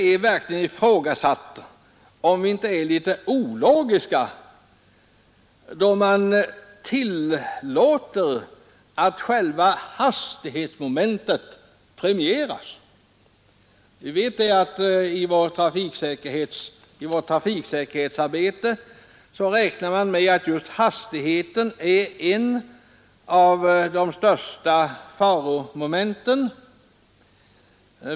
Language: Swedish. I vårt trafiksäkerhetsarbete räknar vi med att hastigheten är ett av de största faromomenten. Vi har sänkt hastigheterna, trots att det kan vara till förfång och till irritation för många, och just eller det huvudsakliga ändamålet.